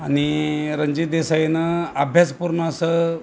आणि रणजित देसाईनं अभ्यासपूर्ण असं